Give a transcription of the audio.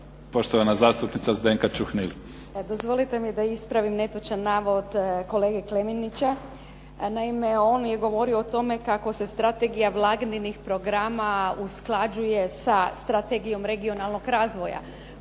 poštovana zastupnica Zdenka Čuhnil.